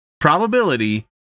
probability